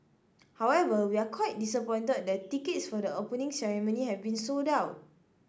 however we're quite disappointed that tickets for the Opening Ceremony have been sold out